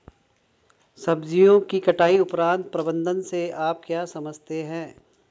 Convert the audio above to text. सब्जियों की कटाई उपरांत प्रबंधन से आप क्या समझते हैं?